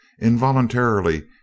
involuntarily